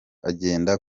agenda